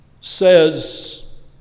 says